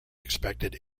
expected